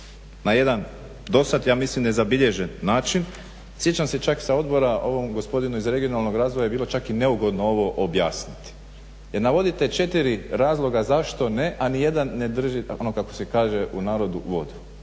na jedan do sada ja mislim nezabilježen način. Sjećam se čak sa odbora ovom gospodinu iz regionalnog razvoja je bilo čak i neugodno ovo objasniti jer navodite 4 razloga zašto ne, a nijedan ne drži ono kako se kaže u narodu vodu,